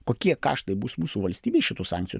kokie kaštai bus mūsų valstybei šitų sankcijų